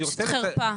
פשוט חרפה.